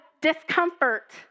discomfort